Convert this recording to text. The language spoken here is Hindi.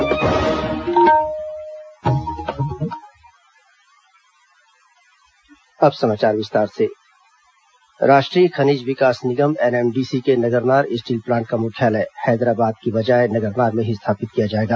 मुख्यमंत्री एनएमडीसी राष्ट्रीय खनिज विकास निगम एनएमडीसी के नगरनार स्टील प्लांट का मुख्यालय हैदराबाद के बजाय नगरनार में ही स्थापित किया जाएगा